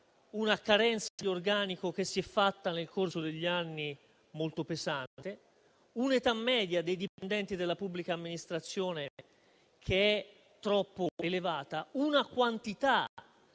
una carenza di organico che nel corso degli anni si è fatta molto pesante; un'età media dei dipendenti della pubblica amministrazione troppo elevata; una quantità